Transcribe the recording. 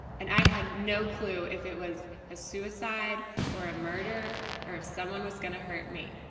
and i had no clue if it was a suicide or a murder or if someone was going to hurt me.